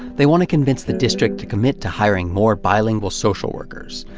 they want to convince the district to commit to hiring more bilingual social workers.